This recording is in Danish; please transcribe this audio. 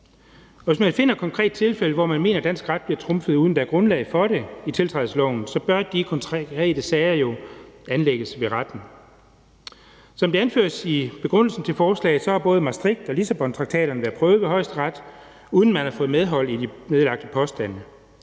Hvis man finder et konkret tilfælde, hvor man mener, at dansk ret bliver trumfet, uden at der er grundlag for det i tiltrædelsesloven, bør de konkrete sager jo anlægges ved retten. Som det anføres i begrundelsen for forslaget, har både Maastrichttraktaten og Lissabontraktaten været prøvet ved Højesteret, uden at man har fået medhold i de nedlagte påstande.